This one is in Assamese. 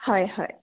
হয় হয়